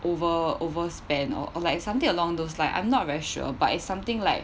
over overspent or like something along those line I'm not very sure but it's something like